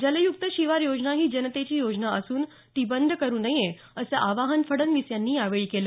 जलयुक्त शिवार योजना ही जनतेची योजना असून ती बंद करू नये असं आवाहन फडणवीस यांनी यावेळी केलं